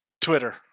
Twitter